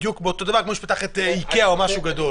בדיוק אותו דבר כמו שפותחים את איקאה או משהו גדול.